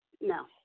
no